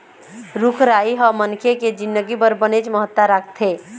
रूख राई ह मनखे के जिनगी बर बनेच महत्ता राखथे